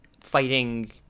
fighting